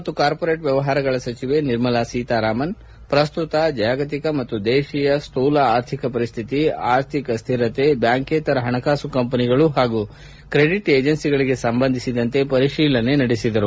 ಹಣಕಾಸು ಮತ್ತು ಕಾರ್ಪೊರೇಟ್ ವ್ಯವಹಾರಗಳ ಸಚಿವೆ ನಿರ್ಮಲಾ ಸೀತಾರಾಮನ್ ಪ್ರಸ್ತುತ ಜಾಗತಿಕ ಮತ್ತು ದೇಶಿಯ ಸ್ಕೂಲ ಆರ್ಥಿಕ ಪರಿಸ್ಥಿತಿ ಆರ್ಥಿಕ ಸ್ಥಿರತೆ ಬ್ಯಾಂಕೇತರ ಪಣಕಾಸು ಕಂಪನಿಗಳು ಪಾಗೂ ಕ್ರೆಡಿಟ್ ಏಜೆನ್ಸಿಗಳಿಗೆ ಸಂಬಂಧಿಸಿದಂತೆ ಪರಿಶೀಲನೆ ನಡೆಸಿದರು